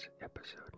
episode